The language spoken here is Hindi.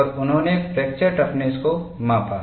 और उन्होंने फ्रैक्चरटफनेसको मापा